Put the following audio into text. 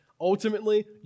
ultimately